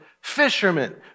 fishermen